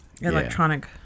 Electronic